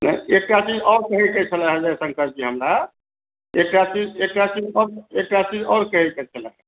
एकटा चीज आओर कहै के छलय जयशंकरजी हमरा एकटा चीज आओर कहै के छलय